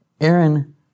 Aaron